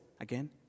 again